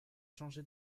changé